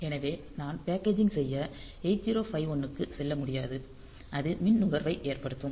எனவே நாம் பேக்கேஜிங் செய்ய 8051 க்கு செல்ல முடியாது அது மின் நுகர்வை ஏற்படுத்தும்